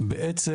ובעצם